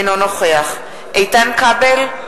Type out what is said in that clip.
אינו נוכח איתן כבל,